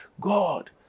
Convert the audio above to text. God